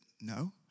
no